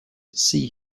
see